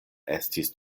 estis